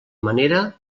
manera